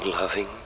Loving